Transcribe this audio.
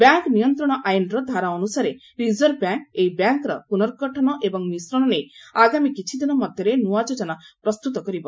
bank ନିୟନ୍ତ୍ରଣ ଆଇନ୍ର ଧାରା ଅନୁସାରେ ରିଜର୍ଭ ବ୍ୟାଙ୍କ୍ ଏହି ବ୍ୟାଙ୍କ୍ର ପୁନର୍ଗଠନ ଏବଂ ମିଶ୍ରଣ ନେଇ ଆଗାମୀ କିଛି ଦିନ ମଧ୍ୟରେ ନୂଆ ଯୋଜନା ପ୍ରସ୍ତୁତ କରିବ